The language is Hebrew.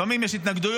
לפעמים יש התנגדויות,